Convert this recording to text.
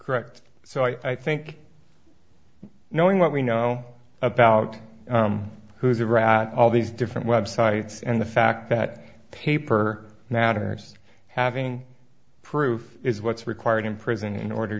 correct so i think knowing what we know about who's a rat all these different web sites and the fact that paper matter just having proof is what's required in prison in order